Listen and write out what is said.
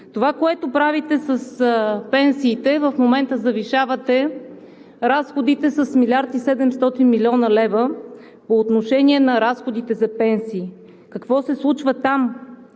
Това, което правите с пенсиите, е, че завишавате разходите с 1 млрд. 700 млн. лв. по отношение на разходите за пенсии. Какво се случва там,